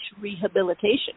rehabilitation